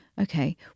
Okay